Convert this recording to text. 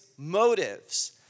motives